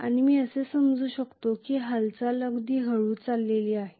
आणि मी असे समजू शकते की हालचाल अगदी हळू चालली आहे